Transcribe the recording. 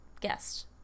guest